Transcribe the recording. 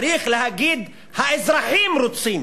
צריך להגיד שהאזרחים רוצים